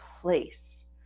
place